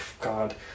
God